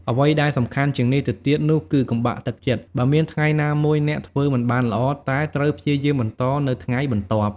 អ្វីដែលសំខាន់ជាងនេះទៅទៀតនោះគឺ កុំបាក់ទឹកចិត្ត បើមានថ្ងៃណាមួយអ្នកធ្វើមិនបានល្អ តែត្រូវព្យាយាមបន្តនៅថ្ងៃបន្ទាប់។